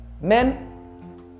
Men